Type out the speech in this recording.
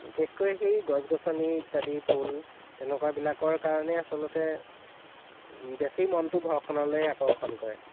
বিশেষকৈ সেই গছ গছনি ইত্যাদি ফুল তেনেকুৱাবিলাকৰ কাৰণেই আচলতে বেছি মনটো ঘৰখনলৈ আকৰ্ষণ কৰে